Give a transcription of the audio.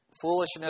Foolishness